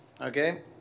okay